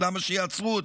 אז למה שיעצרו אותו?